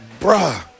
bruh